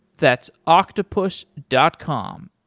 that's octopus dot com,